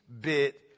bit